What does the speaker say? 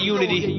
Unity